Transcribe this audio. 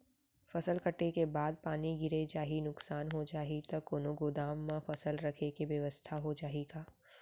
फसल कटे के बाद पानी गिर जाही, नुकसान हो जाही त कोनो गोदाम म फसल रखे के बेवस्था हो जाही का?